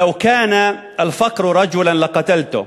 לַוּ כּאן אל-פקר רג'ולן לקתלתֻהֻ.